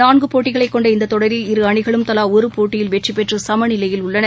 நான்குபோட்டிகளைக் கொண்ட இந்ததொடரில் அணிகளும் தலாஒருபோட்டியில் இரு வெற்றிபெற்றுசமநிலையில் உள்ளன